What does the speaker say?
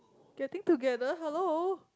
getting together hello